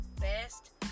best